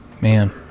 Man